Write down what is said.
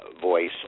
Voice